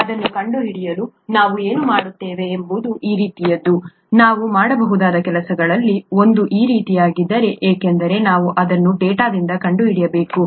ಅದನ್ನು ಕಂಡುಹಿಡಿಯಲು ನಾವು ಏನು ಮಾಡುತ್ತೇವೆ ಎಂಬುದು ಈ ರೀತಿಯದ್ದು ನಾವು ಮಾಡಬಹುದಾದ ಕೆಲಸಗಳಲ್ಲಿ ಒಂದು ಈ ರೀತಿಯದ್ದಾಗಿದೆ ಏಕೆಂದರೆ ನಾವು ಅದನ್ನು ಡೇಟಾದಿಂದ ಕಂಡುಹಿಡಿಯಬೇಕು